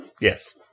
yes